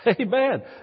Amen